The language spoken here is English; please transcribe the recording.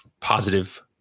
positive